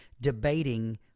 debating